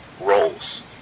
roles